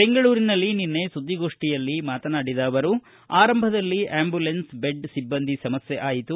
ಬೆಂಗಳೂರಿನಲ್ಲಿ ನಿನ್ನೆ ಸುದ್ದಿಗೋಷ್ಠಿಯಲ್ಲಿ ಮಾತನಾಡಿದ ಅವರು ಆರಂಭದಲ್ಲಿ ಆಂಬ್ಲುಲೆನ್ಸ್ ಬೆಡ್ ಸಿಬ್ಲಂದಿ ಸಮಸ್ಥೆ ಆಯಿತು